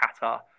Qatar